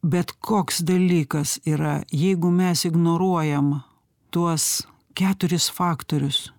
bet koks dalykas yra jeigu mes ignoruojam tuos keturis faktorius